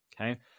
okay